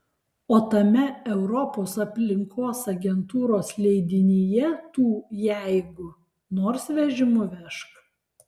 o tame europos aplinkos agentūros leidinyje tų jeigu nors vežimu vežk